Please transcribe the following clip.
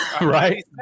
Right